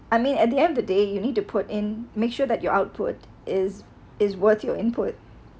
I mean at the end of the day you need to put in make sure that your output is is worth your input